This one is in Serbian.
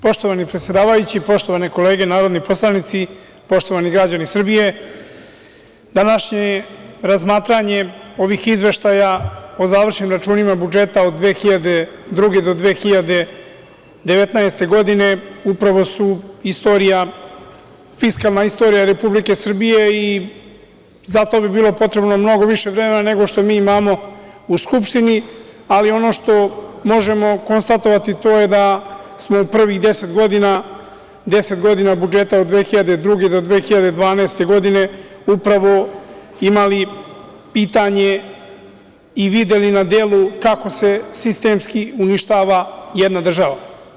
Poštovani predsedavajući, poštovane kolege narodni poslanici, poštovani građani Srbije, današnje razmatranje ovih izveštaja o završnim računima budžeta od 2002. do 2019. godine upravo su fiskalna istorija Republike Srbije i zato bi bilo potrebno mnogo više vremena nego što mi imamo u Skupštini, ali ono što možemo konstatovati, to je da smo u prvih deset godina, deset godina budžeta od 2002. do 2012. godine upravo imali pitanje i videli na delu kako se sistemski uništava jedna država.